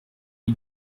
lui